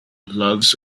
loves